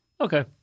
Okay